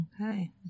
Okay